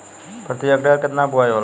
प्रति हेक्टेयर केतना बुआई होला?